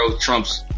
trumps